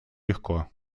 легко